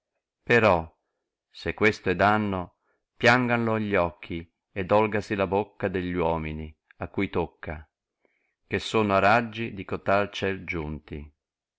però se questo è danno pianganlo gli occhi e dolgasi la bocca degli nomini a coi tocca che sono a raggi di cotal ciel giunti